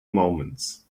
moments